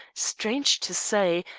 strange to say,